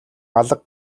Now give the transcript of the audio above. алга